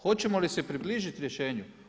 Hoćemo li se približit rješenju?